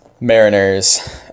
Mariners